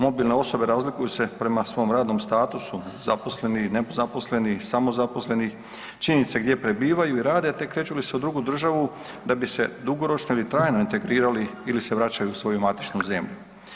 Mobilne osobe razlikuju se prema svom radnom statusu, zaposleni i nezaposleni, samozaposleni, činjenice gdje prebivaju i rade te kreću li se u drugu državu da bi se dugoročno ili trajno integrirali ili se vraćaju u svoju matičnu zemlju.